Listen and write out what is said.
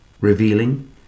revealing